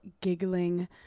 giggling